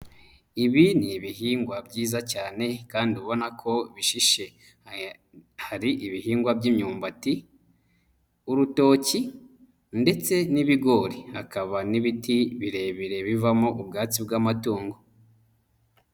Ibi ni ibihingwa byiza cyane kandi ubona ko bishishe, hari: ibihingwa by'imyumbati, urutoki ndetse n'ibigori, hakaba n'ibiti birebire bivamo ubwatsi bw'amatungo.